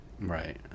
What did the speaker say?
Right